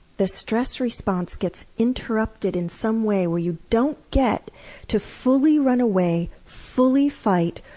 the stress response gets interrupted in some way where you don't get to fully run away, fully fight,